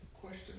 Question